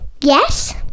Yes